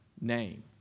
name